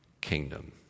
kingdom